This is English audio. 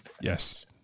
yes